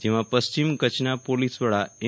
જેમાં પશ્રિમ કચ્છના પોલીસ વડા એમ